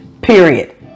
period